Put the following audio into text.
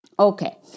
Okay